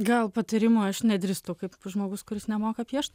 gal patarimo aš nedrįstu kaip žmogus kuris nemoka piešt